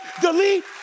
delete